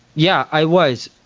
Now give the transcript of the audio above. yeah i was,